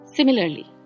Similarly